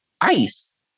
ice